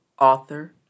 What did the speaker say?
author